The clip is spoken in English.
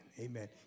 Amen